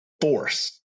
force